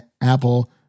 apple